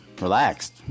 relaxed